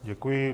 Děkuji.